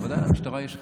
בוודאי שלמשטרה יש חלק,